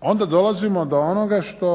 onda dolazimo do onoga što